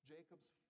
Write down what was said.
Jacob's